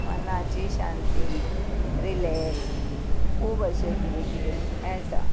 मनाची शांती रिलेक्स खूब अशें कितें कितें मेळटा